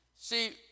See